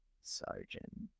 Sergeant